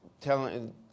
telling